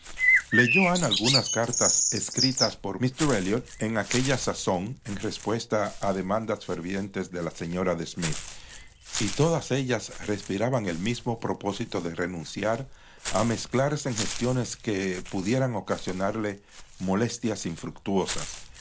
leyó ana algunas cartas escritas por míster elliot en aquella sazón en respuesta a demandas fervientes de la señora de smith y todas ellas respiraban el mismo propósito de renunciar a mezclarse en gestiones que pudieran ocasionarle molestias infructuosas